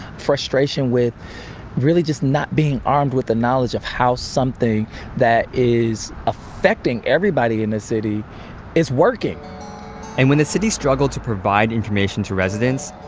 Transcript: frustration with really just not being armed with the knowledge of how something that is affecting everybody in the city is working and when the city struggled to provide information to residents,